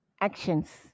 actions